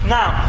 now